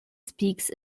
speaks